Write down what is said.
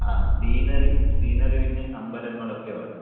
ആ scenery scenery പിന്നെ അമ്പലങ്ങളൊക്കെ വേണം